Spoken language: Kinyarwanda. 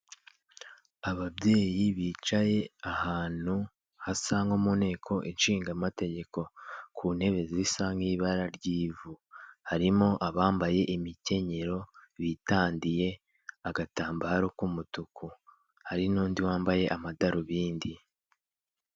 Ababyeyi bicaye ahantu hasa nko mu nteko ishinga amategeko ku ntebe zisa nk'ibara ry'ivu harimo abambaye imikenyero bitadiye agatambaro k'umutuku hari n'undi wambaye amadarubindi.